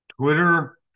Twitter